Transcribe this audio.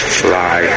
fly